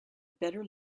better